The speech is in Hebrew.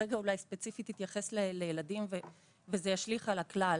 אתייחס ספציפית לילדים וזה ישליך על הכלל.